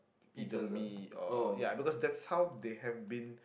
either me or ya because that's how they have been